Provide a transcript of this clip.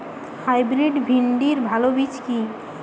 Hybrid ভিন্ডির ভালো বীজ কি?